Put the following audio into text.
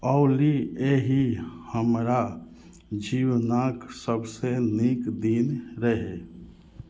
ऑली एहि हमरा जीवनक सबसे नीक दिन रहय